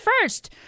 first